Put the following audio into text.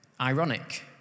ironic